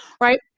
right